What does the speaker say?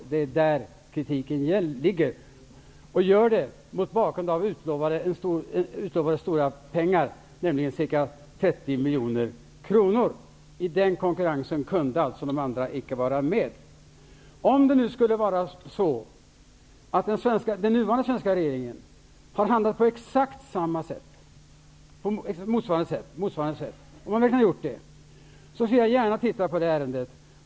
Det är där kritiken ligger. Regeringen gjorde detta mot bakgrunden av utlovade stora pengar, nämligen 30 miljoner kronor. I den konkurrensen kunde alltså de andra icke vara med. Om det skulle vara så att den nuvarande svenska regeringen har handlat på motsvarande sätt, så skall jag gärna titta på det ärendet.